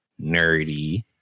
nerdy